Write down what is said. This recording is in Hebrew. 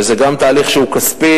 שזה גם תהליך שהוא כספי,